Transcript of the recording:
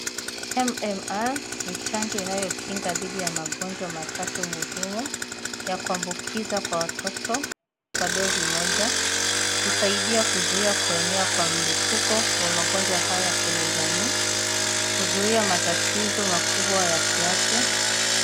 MMR ni chanjo inayokinga dhidi ya magonjwa matatu muhimu ya kuambukiza kwa watoto kwa dozi moja. Husaidia kuzuia kuenea kwa mlipuko wa magonjwa haya kwenye jamii. Huzuia matatizo makubwa ya kiafya.